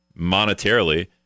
monetarily